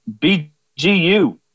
BGU